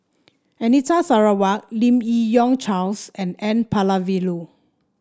Anita Sarawak Lim Yi Yong Charles and N Palanivelu